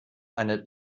eine